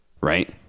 right